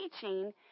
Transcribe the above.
teaching